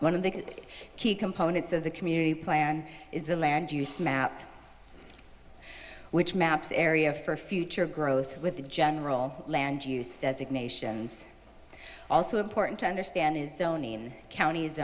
one of the key components of the community plan is the land use map which maps area for future growth with the general land use designations also important to understand is in count